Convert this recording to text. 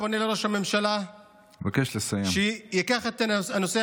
אני פונה לראש הממשלה שייקח את הנושא